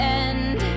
end